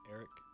Eric